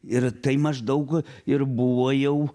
ir tai maždaug ir buvo jau